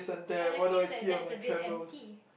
and I feel that that's a bit empty